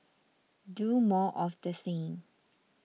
do more of the same